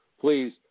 please –